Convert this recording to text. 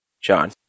John